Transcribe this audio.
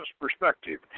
perspective